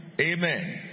Amen